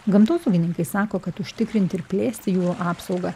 gamtosaugininkai sako kad užtikrinti ir plėsti apsaugą